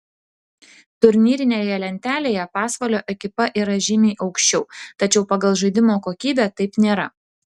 turnyrinėje lentelėje pasvalio ekipa yra žymiai aukščiau tačiau pagal žaidimo kokybę taip nėra